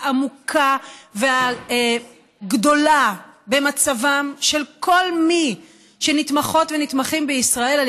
העמוקה והגדולה במצבם של כל מי שנתמכות ונתמכים בישראל על